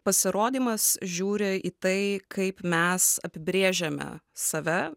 pasirodymas žiūri į tai kaip mes apibrėžiame save